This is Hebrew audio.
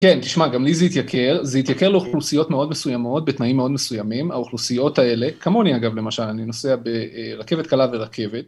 כן, תשמע, גם לי זה התייקר, זה התייקר לאוכלוסיות מאוד מסוימות, בתנאים מאוד מסוימים, האוכלוסיות האלה, כמוני אגב, למשל, אני נוסע ברכבת קלה ורכבת.